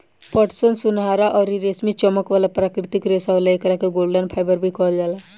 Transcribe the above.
पटसन सुनहरा अउरी रेशमी चमक वाला प्राकृतिक रेशा होला, एकरा के गोल्डन फाइबर भी कहल जाला